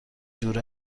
دور